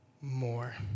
more